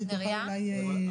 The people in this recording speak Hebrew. אז היא תוכל להתייחס אליה.